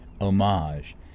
homage